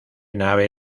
nave